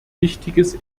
wichtiges